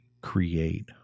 create